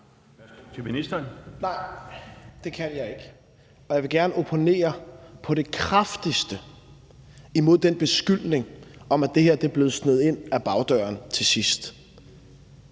Nej, det kan jeg ikke. Jeg vil gerne opponere på det kraftigste imod den beskyldning om, at det her er blevet sneget ind ad bagdøren til sidst.